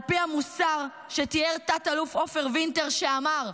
על פי המוסר שתיאר תת-אלוף עופר וינטר, שאמר: